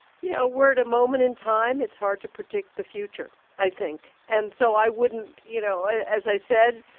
you know, we're at a moment in time. it's hard to predict the future, i think. and so i wouldn't you know, as i said,